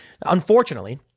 Unfortunately